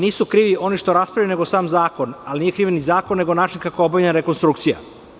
Nisu krivi oni što raspravljaju, nego sam zakon, ali nije kriv ni zakon, nego način kako je obavljena rekonstrukcija.